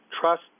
trust